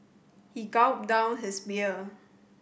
he gulped down his beer